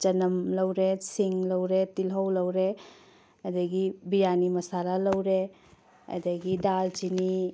ꯆꯅꯝ ꯂꯧꯔꯦ ꯁꯤꯡ ꯂꯧꯔꯦ ꯇꯤꯜꯍꯧ ꯂꯧꯔꯦ ꯑꯗꯩꯗꯤ ꯕꯤꯔꯌꯥꯅꯤ ꯃꯁꯥꯂꯥ ꯂꯧꯔꯦ ꯑꯗꯨꯗꯒꯤ ꯗꯥꯜ ꯆꯤꯅꯤ